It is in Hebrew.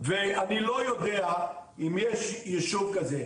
ואני לא יודע אם יש יישוב כזה.